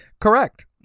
Correct